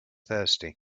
thirsty